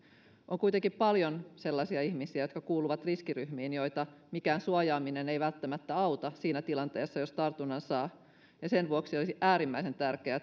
on kuitenkin paljon sellaisia ihmisiä jotka kuuluvat riskiryhmiin joita mikään suojaaminen ei välttämättä auta siinä tilanteessa jos tartunnan saa ja sen vuoksi olisi äärimmäisen tärkeää